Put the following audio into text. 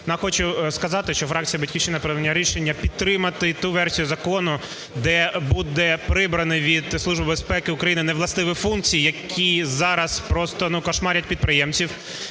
Хочу сказати, що фракція "Батьківщина" прийняла рішення підтримати ту версію закону, де буде прибрано від Служби безпеки України невластиві функції, які зараз просто кошмарять підприємців,